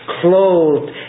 clothed